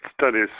studies